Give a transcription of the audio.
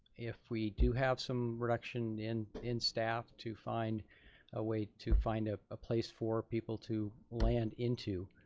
if we do have some reduction in in staff to find a way, to find a a place for people to land into,